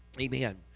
amen